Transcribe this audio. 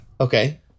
Okay